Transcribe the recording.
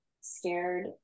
scared